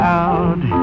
out